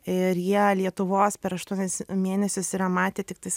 ir jie lietuvos per aštuonis mėnesius yra matę tiktais